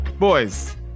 Boys